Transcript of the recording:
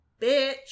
Bitch